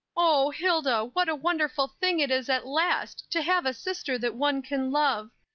oh, hilda, what a wonderful thing it is at last to have a sister that one can love!